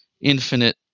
infinite